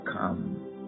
come